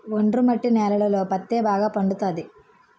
ఒండ్రు మట్టి నేలలలో పత్తే బాగా పండుతది